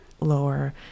lower